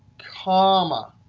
comma.